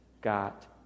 got